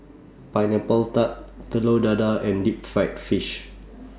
Pineapple Tart Telur Dadah and Deep Fried Fish